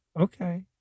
Okay